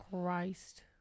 Christ